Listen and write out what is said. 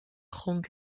grond